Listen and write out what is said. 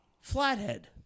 flathead